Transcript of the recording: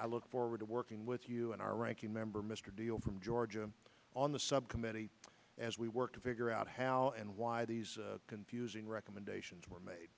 i look forward to working with you and our ranking member mr deal from georgia on the subcommittee as we work to figure out how and why these confusing recommendations were made